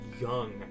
young